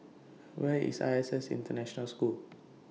Where IS I S S International School